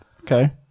Okay